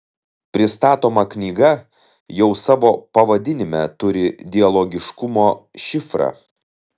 pristatoma knyga jau savo pavadinime turi dialogiškumo šifrą